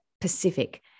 Pacific